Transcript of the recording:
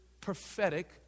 prophetic